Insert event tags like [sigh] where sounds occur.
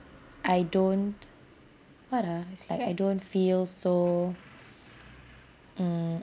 I don't what ah it's like I don't feel so [breath] mm